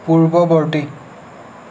পূৰ্বৱৰ্তী